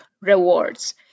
rewards